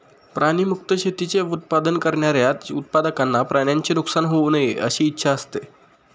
प्राणी मुक्त शेतीचे उत्पादन करणाऱ्या उत्पादकांना प्राण्यांचे नुकसान होऊ नये अशी इच्छा असते